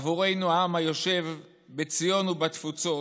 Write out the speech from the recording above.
עבורנו, העם היושב בציון ובתפוצות,